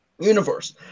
universe